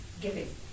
Giving